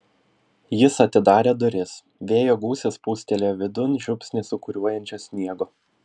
jis atidarė duris vėjo gūsis pūstelėjo vidun žiupsnį sūkuriuojančio sniego